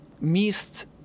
missed